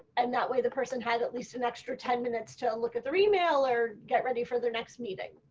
and that way the person had at least an extra ten minutes to look at the email or get ready for their next meeting.